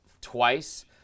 twice